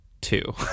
two